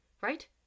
right